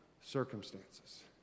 circumstances